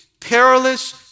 perilous